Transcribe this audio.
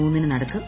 മൂന്നിന് നടക്കും